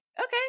okay